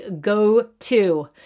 go-to